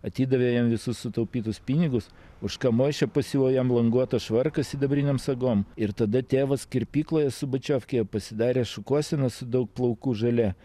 atidavė jam visus sutaupytus pinigus už ką moišė pasiuvo jam languotą švarką sidabrinėm sagom ir tada tėvas kirpykloje subačiovkėje pasidarė šukuoseną su daug plaukų žele